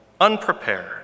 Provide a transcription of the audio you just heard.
unprepared